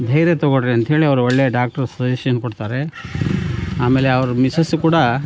ಧೈರ್ಯ ತಗೊಳ್ಳಿರಿ ಅಂತ ಹೇಳಿ ಅವರು ಒಳ್ಳೆಯ ಡಾಕ್ಟರು ಸಜೆಷನ್ ಕೊಡ್ತಾರೆ ಆಮೇಲೆ ಅವ್ರ ಮಿಸ್ಸೆಸ್ಸು ಕೂಡ